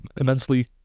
immensely